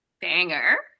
banger